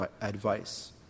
advice